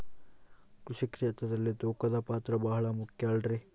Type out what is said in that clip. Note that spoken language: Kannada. ಕೃಷಿ ಕ್ಷೇತ್ರದಲ್ಲಿ ತೂಕದ ಪಾತ್ರ ಬಹಳ ಮುಖ್ಯ ಅಲ್ರಿ?